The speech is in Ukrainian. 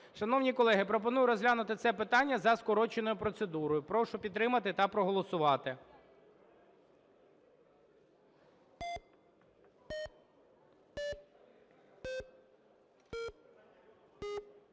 Шановні колеги, пропоную розглянути це питання за скороченою процедурою. Прошу підтримати та проголосувати.